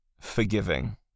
forgiving